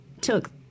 took